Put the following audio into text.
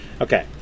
Okay